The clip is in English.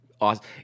awesome